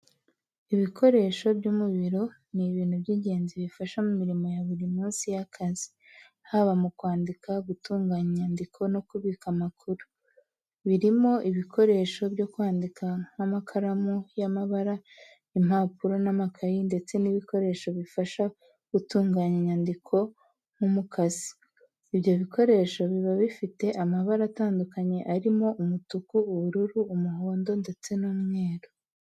Ibikoresho byo mu biro ni ibintu by’ingenzi bifasha mu mirimo ya buri munsi y’akazi, haba mu kwandika, gutunganya inyandiko, no kubika amakuru. Birimo ibikoresho byo kwandika nk'amakaramu y'amabara, impapuro n’amakaye, ndetse n’ibikoresho bifasha gutunganya inyandiko nk’umukasi. Ibyo bikoresho biba bifite amabara atandukanye arimo: umutuku, ubururu, umuhondo, ndetse n'umweru.